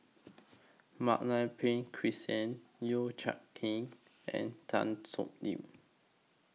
Mak Lai Peng Christine Yeo Kian Chai and Tan Thoon Lip